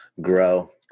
grow